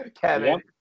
Kevin